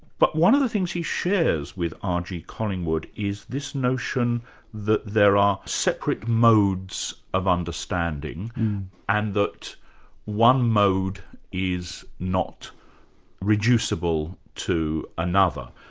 but one of the things he shares with r. g. collingwood is this notion that there are separate modes of understanding and that one mode is not reducible to another.